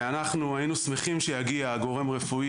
ואנחנו היינו שמחים שיגיע גורם רפואי